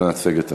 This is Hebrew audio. אנא הצג את החוק.